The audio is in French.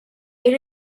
est